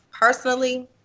personally